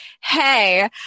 hey